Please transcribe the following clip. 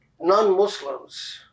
non-Muslims